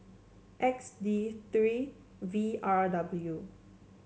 X D three V R W